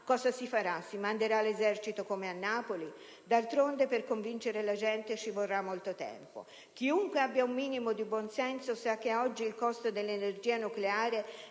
cosa si farà ? Si manderà l'esercito come a Napoli? D'altronde, per convincere la gente ci vorrà molto tempo. Chiunque abbia un minimo di buon senso sa che oggi il costo dell'energia nucleare